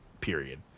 period